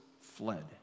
fled